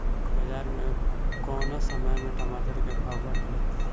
बाजार मे कौना समय मे टमाटर के भाव बढ़ेले?